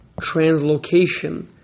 translocation